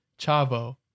Chavo